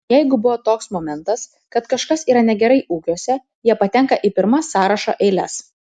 jeigu buvo toks momentas kad kažkas yra negerai ūkiuose jie patenka į pirmas sąrašo eiles